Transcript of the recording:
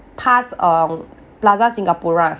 past um plaza singapura